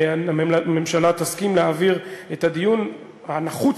הממשלה תסכים להעביר את הדיון הנחוץ,